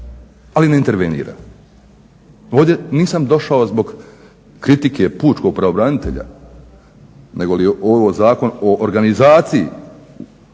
ali ne intervenira. Ovdje nisam došao zbog kritike pučkog pravobranitelja nego je ovo zakon o organizaciji